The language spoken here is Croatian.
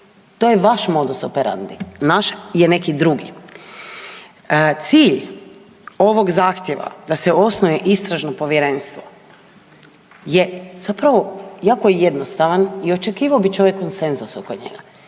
to je vaš modus operandi. Naš je neki drugi. Cilj ovog zahtjeva da se osnuje Istražno povjerenstvo je zapravo, jako je jednostavan i očekivao bi čovjek konsenzus oko njega.